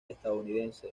estadounidense